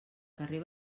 carrer